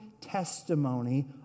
testimony